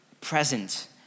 present